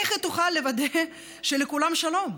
איך היא תוכל לוודא שלכולם שלום?